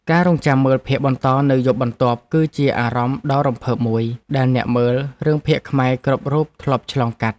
ការរង់ចាំមើលភាគបន្តនៅយប់បន្ទាប់ គឺជាអារម្មណ៍ដ៏រំភើបមួយដែលអ្នកមើលរឿងភាគខ្មែរគ្រប់រូបធ្លាប់ឆ្លងកាត់។